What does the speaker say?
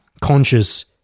Conscious